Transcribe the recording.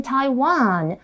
Taiwan